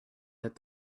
that